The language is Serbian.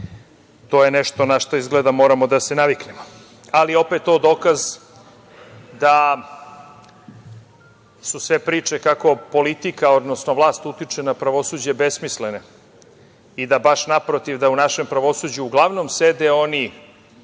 To je nešto na šta moramo da se naviknemo. Opet to je i dokaz da su sve priče kako politika, odnosno vlast utiče na pravosuđe besmislene i da baš naprotiv, da u našem pravosuđu uglavnom sede oni